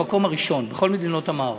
בכל מדינות המערב.